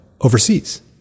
overseas